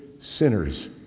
sinners